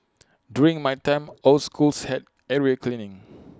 during my time all schools had area cleaning